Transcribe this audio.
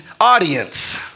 audience